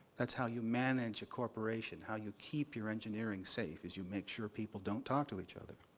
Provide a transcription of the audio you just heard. that's how you manage a corporation, how you keep your engineering safe, is you make sure people don't talk to each other.